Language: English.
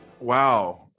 Wow